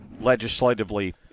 legislatively